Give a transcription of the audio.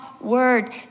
word